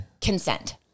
Consent